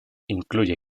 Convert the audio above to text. incluye